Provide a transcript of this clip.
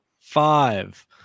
five